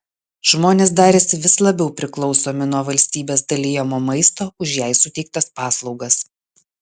žmonės darėsi vis labiau priklausomi nuo valstybės dalijamo maisto už jai suteiktas paslaugas